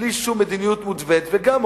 בלי שום מדיניות מותווית, ושוב,